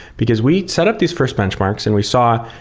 because we set up this first benchmarks and we saw,